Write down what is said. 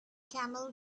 camel